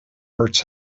hurts